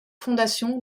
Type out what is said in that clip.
fondation